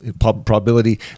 probability